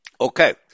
Okay